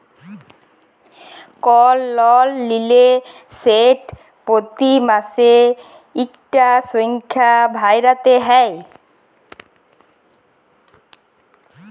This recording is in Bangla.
কল লল লিলে সেট পতি মাসে ইকটা সংখ্যা ভ্যইরতে হ্যয়